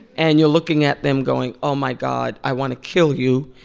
and you're looking at them going, oh, my god. i want to kill you.